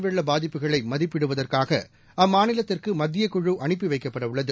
வெள்ள பாதிப்புகளை மதிப்பிடுவதற்காக அம்மாநிலத்திற்கு மத்தியக்குழு அனுப்பி வைக்கப்பட உள்ளது